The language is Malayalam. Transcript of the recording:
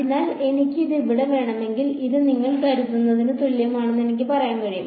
അതിനാൽ എനിക്ക് ഇത് ഇവിടെ വേണമെങ്കിൽ ഇത് നിങ്ങൾ കരുതുന്നതിന് തുല്യമാണെന്ന് എനിക്ക് പറയാൻ കഴിയും